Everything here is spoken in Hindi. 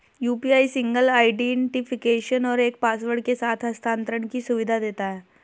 यू.पी.आई सिंगल आईडेंटिफिकेशन और एक पासवर्ड के साथ हस्थानांतरण की सुविधा देता है